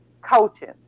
coaching